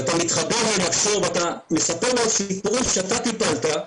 ואתה מתחבר לנפשו ואתה מספר לו סיפורים שאתה טיפלת,